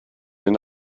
den